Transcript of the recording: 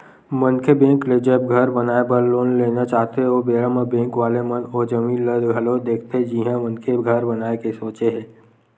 मनखे बेंक ले जब घर बनाए बर लोन लेना चाहथे ओ बेरा म बेंक वाले मन ओ जमीन ल घलो देखथे जिहाँ मनखे घर बनाए के सोचे हे